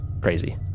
crazy